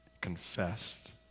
confessed